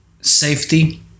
safety